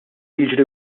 jiġri